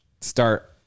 start